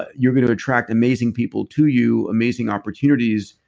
you're going to attract amazing people to you amazing opportunities.